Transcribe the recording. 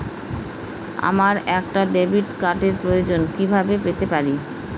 আমার একটা ডেবিট কার্ডের প্রয়োজন কিভাবে পেতে পারি?